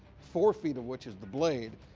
four feet of which is the blade,